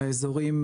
האזורים,